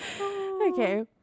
Okay